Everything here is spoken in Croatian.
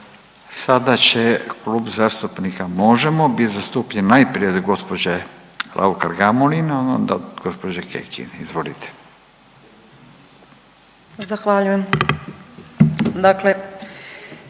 Sada će Klub zastupnika Možemo bit zastupljen najprije od gospođe Raukar Gamulin, a onda od gospođe Kekin. Izvolite. **Raukar-Gamulin,